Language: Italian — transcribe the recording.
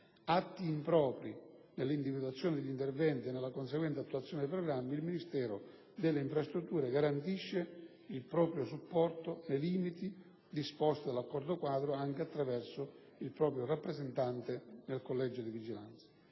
atti impropri nell'individuazione degli interventi e nella conseguente attuazione dei programmi, il Ministero delle infrastrutture garantisce il proprio supporto nei limiti disposti dall'accordo quadro anche attraverso il proprio rappresentane nel Collegio di vigilanza.